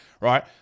right